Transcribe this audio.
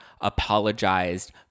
apologized